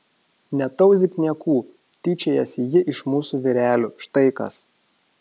netauzyk niekų tyčiojasi ji iš mūsų vyrelių štai kas